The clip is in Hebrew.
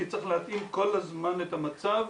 כי צריך להתאים כל הזמן את המצב